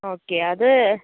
okay അത്